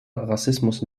rassismus